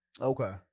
Okay